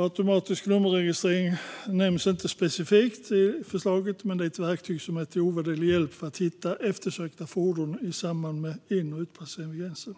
Automatisk nummerregistrering nämns inte specifikt i förslaget, men det är ett verktyg som är till ovärderlig hjälp för att hitta eftersökta fordon i samband med in och utpassering vid gränsen.